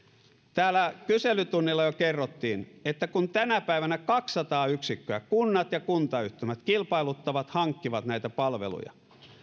täällä kyselytunnilla jo kerrottiin että kun tänä päivänä kaksisataa yksikköä kunnat ja kuntayhtymät kilpailuttavat hankkivat näitä palveluja